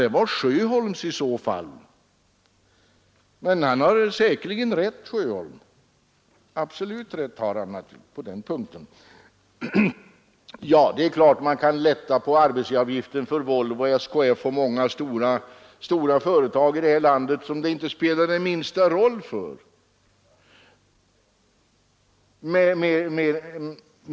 Men herr Sjöholm har säkerligen rätt på den punkten. Det är klart att man kan lätta på arbetsgivaravgiften för Volvo och andra stora företag i det här landet som avgiften inte spelar den minsta roll för.